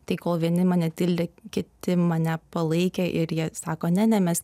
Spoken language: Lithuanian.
tai kol vieni mane tildė kiti mane palaikė ir jie sako ne ne mes